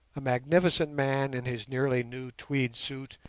a magnificent man in his nearly new tweed suit,